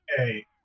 Okay